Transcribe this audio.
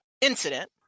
incident